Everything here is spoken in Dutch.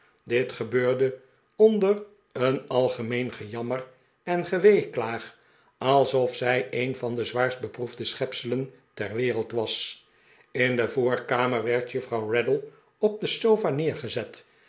dit gebeurde onder een algemeen ge jammer en geweeklaag alsof zij een van de zwaarst beproefde schepselen ter wereld was in de voorkamer werd juffrouw raddle op de sofa neergezet